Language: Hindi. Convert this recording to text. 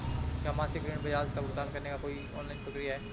क्या मासिक ऋण ब्याज का भुगतान करने के लिए कोई ऑनलाइन प्रक्रिया है?